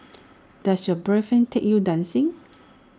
does your boyfriend take you dancing